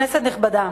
בבקשה,